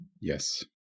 Yes